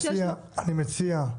אני מציע: